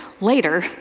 later